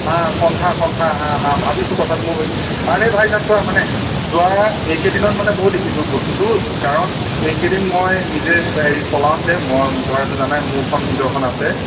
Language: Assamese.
হাঁ সন্থা হন্থা হাঁ ভাবিছোঁ কথাটো ময়ো ভাবিছোঁ আৰে ভাইজান চোৱা মানে যোৱা এইকেইদিনত মানে ময়ো দেখিছোঁ বস্তুটো কাৰণ এইকেইদিন মই নিজে হেৰি চলাওঁতে মই বোধহয় মোৰতো জানাই মোৰখন নিজৰখন আছে